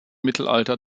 mittelalter